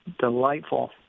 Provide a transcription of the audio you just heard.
delightful